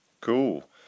cool